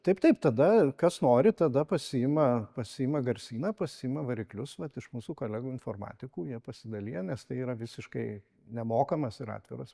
taip taip tada kas nori tada pasiima pasiima garsyną pasiima variklius vat iš mūsų kolegų informatikų jie pasidalija nes tai yra visiškai nemokamas ir atviras